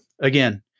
again